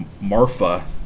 Marfa